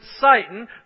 Satan